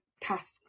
task